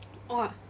!wah!